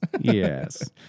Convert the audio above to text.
Yes